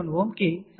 7 ohm కు సమానం